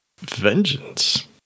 Vengeance